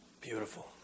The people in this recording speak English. Beautiful